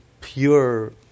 pure